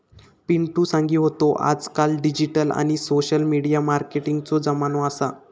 पिंटु सांगी होतो आजकाल डिजिटल आणि सोशल मिडिया मार्केटिंगचो जमानो असा